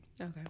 Okay